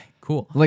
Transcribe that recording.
cool